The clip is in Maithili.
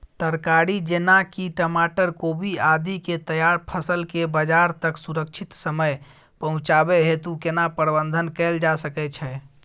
तरकारी जेना की टमाटर, कोबी आदि के तैयार फसल के बाजार तक सुरक्षित समय पहुँचाबै हेतु केना प्रबंधन कैल जा सकै छै?